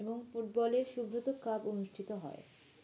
এবং ফুটবলে সুব্রত কাপ অনুষ্ঠিত হয়